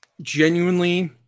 genuinely